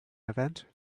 event